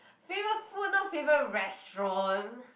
favourite food not favourite restaurant